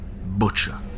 butcher